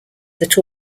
that